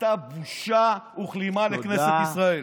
אתה בושה וכלימה לכנסת ישראל.